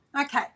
Okay